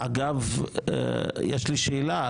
אגב, יש לי שאלה.